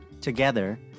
Together